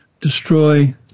destroy